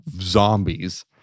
zombies